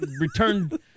returned